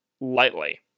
lightly